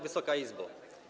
Wysoka Izbo!